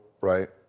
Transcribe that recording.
right